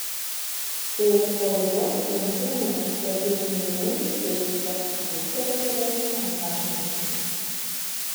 kai atsipalaiduosite nusiraminsite ir imliai nusiteiksite būsite pasirengę antram žingsniui